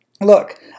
Look